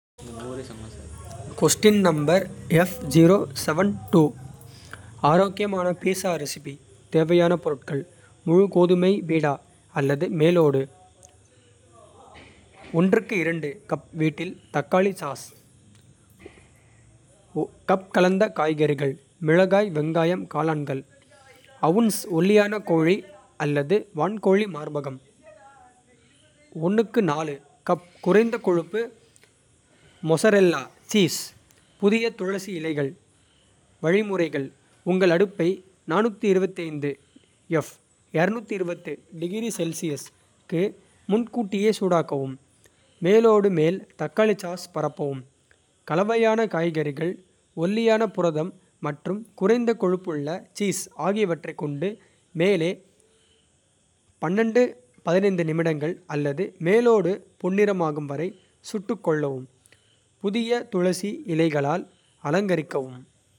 ஆரோக்கியமான pizza recipe தேவையான பொருட்கள். முழு கோதுமை பிடா அல்லது மேலோடு. கப் வீட்டில் தக்காளி சாஸ் கப் கலந்த காய்கறிகள் மிளகாய். வெங்காயம் காளான்கள் அவுன்ஸ் ஒல்லியான கோழி. அல்லது வான்கோழி மார்பகம் கப் குறைந்த கொழுப்பு. மொஸரெல்லா சீஸ் புதிய துளசி இலைகள் வழிமுறைகள். உங்கள் அடுப்பை க்கு முன்கூட்டியே சூடாக்கவும். மேலோடு மேல் தக்காளி சாஸ் பரப்பவும். கலவையான காய்கறிகள் ஒல்லியான புரதம் மற்றும். குறைந்த கொழுப்புள்ள சீஸ் ஆகியவற்றைக் கொண்டு மேலே. நிமிடங்கள் அல்லது மேலோடு பொன்னிறமாகும். வரை சுட்டுக்கொள்ளவும் புதிய துளசி இலைகளால் அலங்கரிக்கவும்.